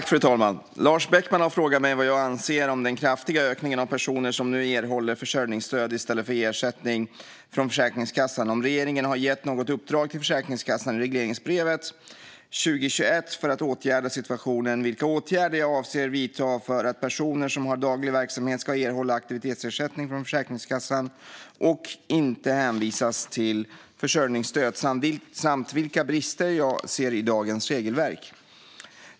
Fru talman! Lars Beckman har frågat mig vad jag anser om den kraftiga ökningen av personer som nu erhåller försörjningsstöd i stället för ersättning från Försäkringskassan, om regeringen har gett något uppdrag till Försäkringskassan i regleringsbrevet 2021 för att åtgärda situationen, vilka åtgärder jag avser att vidta för att personer som har daglig verksamhet ska erhålla aktivitetsersättning från Försäkringskassan och inte hänvisas till försörjningsstöd samt vilka brister jag ser i dagens regelverk.